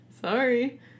Sorry